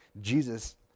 Jesus